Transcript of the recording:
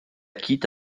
quitte